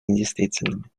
недействительными